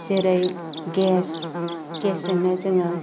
जेरै गेस गेसजोंनो जोङो